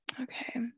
Okay